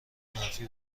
منفی